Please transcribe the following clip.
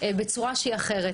בצורה אחרת,